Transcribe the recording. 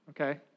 okay